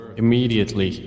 immediately